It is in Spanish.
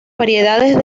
variedades